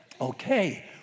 Okay